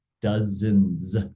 dozens